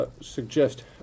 Suggest